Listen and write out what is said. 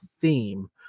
theme